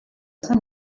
sant